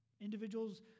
individuals